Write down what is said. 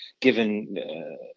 given